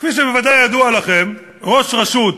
כפי שבוודאי ידוע לכם, ראש רשות,